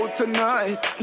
tonight